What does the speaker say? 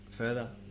further